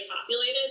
populated